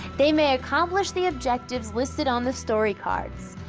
they may accomplish the objectives listed on the story cards.